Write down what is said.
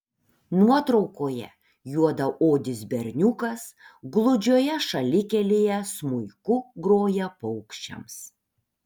nuotraukoje juodaodis berniukas gludžioje šalikelėje smuiku groja paukščiams